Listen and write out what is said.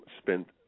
spent